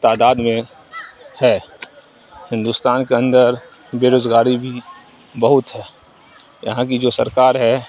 تعداد میں ہے ہندوستان کے اندر بےروزگاری بھی بہت ہے یہاں کی جو سرکار ہے